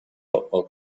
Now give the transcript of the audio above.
football